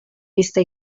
vista